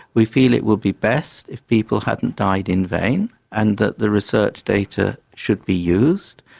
we feel it would be best if people hadn't died in vain and that the research data should be used.